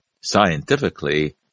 scientifically